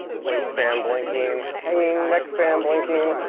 waist fan blinking, hanging neck fan blinking,